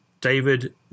David